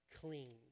clean